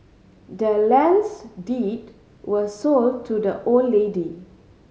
the land's deed was sold to the old lady